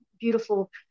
beautiful